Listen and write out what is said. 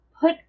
put